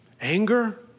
Anger